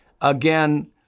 again